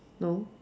no